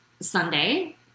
Sunday